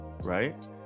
right